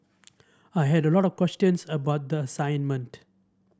I had a lot of questions about the assignment